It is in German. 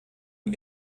die